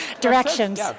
Directions